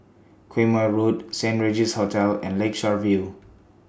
Quemoy Road Saint Regis Hotel and Lakeshore View